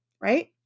right